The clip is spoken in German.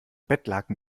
bettlaken